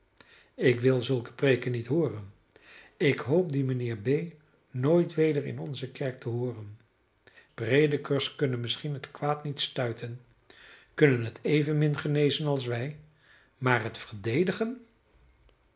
ik wil zulke preeken niet hooren ik hoop dien mijnheer b nooit weder in onze kerk te hooren predikers kunnen misschien het kwaad niet stuiten kunnen het evenmin genezen als wij maar het verdedigen